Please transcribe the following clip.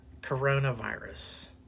coronavirus